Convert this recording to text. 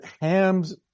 Ham's